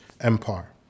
empire